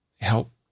help